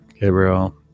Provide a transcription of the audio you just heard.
Gabriel